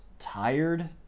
tired